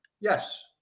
Yes